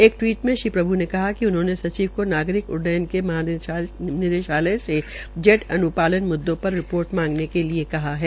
एक टीवट मे श्री प्रभ् ने कहा कि उन्होंने सचिव को नागरिक उडडयन के महानिदेशालय से जेट अन्पालन मुददो पर रिपोर्ट मांगने के लिये कहा है